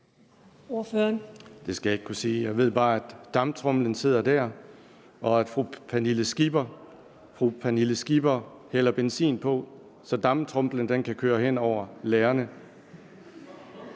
Det skal jeg ikke kunne sige. Jeg ved bare, at man sidder der som på en damptromle, og at fru Pernille Skipper hælder benzin på, så damptromlen kan køre hen over lærerne.